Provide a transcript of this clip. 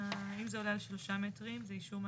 אם זה עולה על שלושה מטרים זה אישור מהנדס,